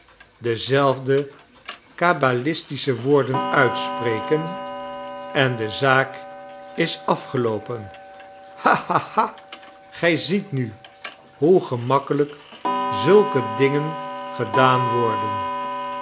dezelfde cabalistische woorden uitspreken en de zaak is afgeloopen ha ha ha gij ziet nu hoe gemakkelijk zulke dingen gedaan worden